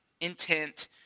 intent